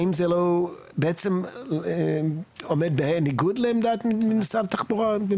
האם זה לא בעצם עומד בניגוד לעמדת משרד התחבורה?